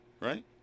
right